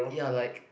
ya like